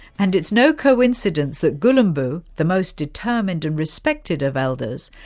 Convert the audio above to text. and it's no coincidence that gulumbu, the most determined and respected of elders,